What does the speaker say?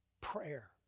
prayer